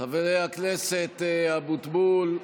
חבר הכנסת אבוטבול.